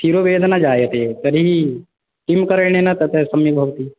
शिरोवेदना जायते तर्हि किं कारणेन तत् सम्यग् भवति